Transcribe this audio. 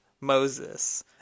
Moses